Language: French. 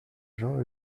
jean